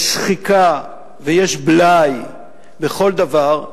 יש שחיקה ויש בלאי בכל דבר,